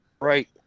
Right